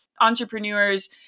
entrepreneurs